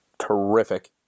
terrific